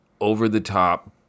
over-the-top